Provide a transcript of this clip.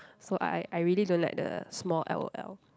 so I I really don't like the small L_O_L